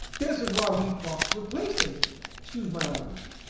this is why we fucks with playstation excuse my language